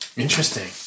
Interesting